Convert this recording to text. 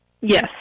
Yes